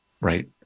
right